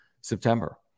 September